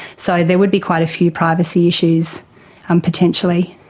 so there would be quite a few privacy issues um potentially.